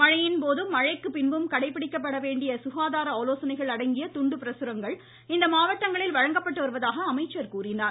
மழையின்போதும் மழைக்கு பின்பும் கடைபிடிக்கப்பட வேண்டிய சுகாதார ஆலோசனைகள் அடங்கிய துண்டு பிரசுரங்கள் இம்மாவட்டங்களில் வழங்கப்பட்டு வருவதாக அமைச்சர் கூறினார்